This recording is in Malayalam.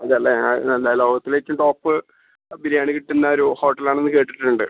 അതെ അല്ലേ ആ ലോകത്തിലേയ്ക്കും ഏറ്റോം ടോപ്പ് ബിരിയാണി കിട്ടുന്ന ഒരു ഹോട്ടലാണെന്ന് കേട്ടിട്ടുണ്ട്